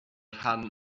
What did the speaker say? rhan